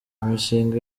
imishinga